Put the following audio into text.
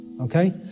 Okay